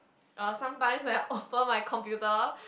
uh sometimes when I open my computer